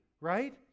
right